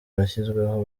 bashyizweho